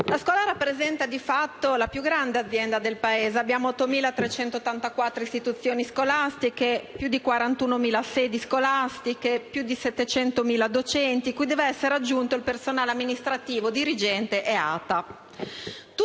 La scuola rappresenta di fatto la più grande azienda del Paese: abbiamo 8.384 istituzioni scolastiche, più di 41.000 sedi, più di 700.000 docenti, cui deve essere aggiunto il personale amministrativo, dirigente e ATA.